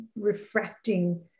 refracting